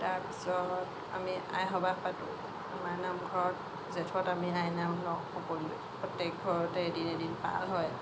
তাৰ পিছত আমি আই সবাহ পাতোঁ আমাৰ নামঘৰত জেঠত আমি আই নাম লওঁ সকলোৱে প্ৰত্যেকঘৰতে এদিন এদিন পাল হয়